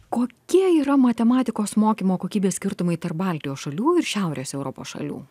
kokie yra matematikos mokymo kokybės skirtumai tarp baltijos šalių ir šiaurės europos šalių